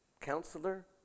counselor